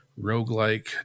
roguelike